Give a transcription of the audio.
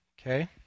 okay